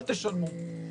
אל תשלמו.